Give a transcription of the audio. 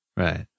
Right